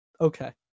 okay